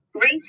Race